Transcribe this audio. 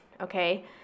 okay